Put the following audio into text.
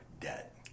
debt